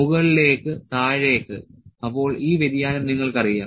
മുകളിലേക്ക് താഴേക്ക് അപ്പോൾ ഈ വ്യതിയാനം നിങ്ങൾക്കറിയാം